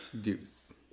Deuce